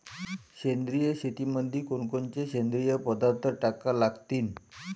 सेंद्रिय शेतीमंदी कोनकोनचे सेंद्रिय पदार्थ टाका लागतीन?